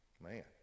Man